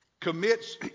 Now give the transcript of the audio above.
commits